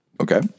Okay